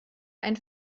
ein